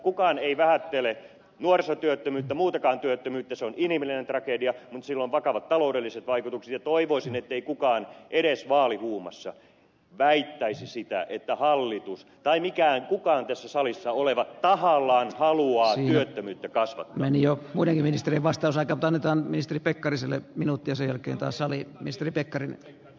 kukaan ei vähättele nuorisotyöttömyyttä muutakaan työttömyyttä se on inhimillinen tragedia mutta sillä on vakavat taloudelliset vaikutukset ja toivoisin ettei kukaan edes vaalihuumassa väittäisi että hallitus tai kukaan tässä salissa oleva tahallaan haluaa työttömyyttä kasvattaminen ja uuden ministerin vastaus annetaan ministeri pekkariselle minuutin selkeitä sali misteli kasvattaa